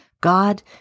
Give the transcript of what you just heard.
God